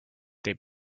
they